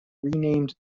renamed